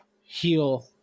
heal